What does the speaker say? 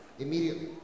immediately